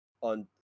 on